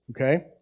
Okay